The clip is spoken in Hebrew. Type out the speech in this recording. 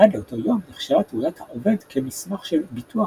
- עד לאותו יום נחשבה תעודת העובד כמסמך של "ביטוח